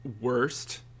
worst